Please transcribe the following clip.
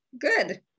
Good